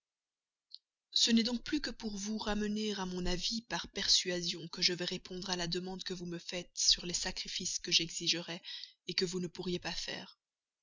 ce n'est donc plus que pour vous ramener à mon avis par persuasion que je vais répondre à la demande que vous me faites sur les sacrifices que j'exigerais que vous ne pourriez pas faire